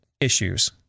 issues